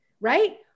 right